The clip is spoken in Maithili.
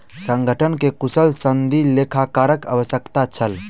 संगठन के कुशल सनदी लेखाकारक आवश्यकता छल